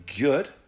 good